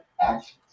actions